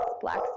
black